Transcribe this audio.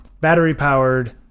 Battery-powered